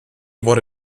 wurde